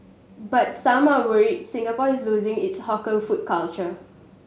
but some are worried Singapore is losing its hawker food culture